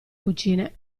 cucine